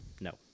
No